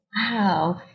Wow